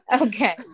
Okay